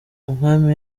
umwami